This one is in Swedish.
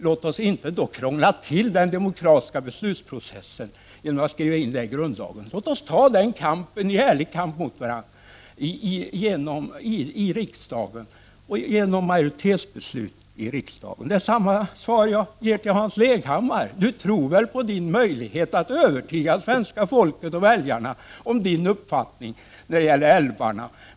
Låt oss inte krångla till den demokratiska beslutsprocessen genom att skriva in så mycket i grundlagen. Låt oss ta en ärlig kamp mot varandra i riksdagen, med majoritetsbeslut här i riksdagen. Jag vill ge samma svar till Hans Leghammar: Han tror väl på sin möjlighet att övertyga svenska folket och väljarna om sin uppfattning när det gäller älvarna.